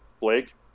Blake